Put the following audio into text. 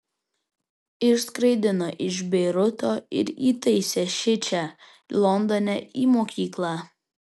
išskraidino iš beiruto ir įtaisė šičia londone į mokyklą